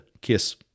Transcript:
kiss